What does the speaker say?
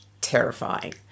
terrifying